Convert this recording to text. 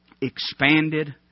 expanded